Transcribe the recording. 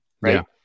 Right